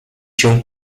się